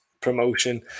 promotion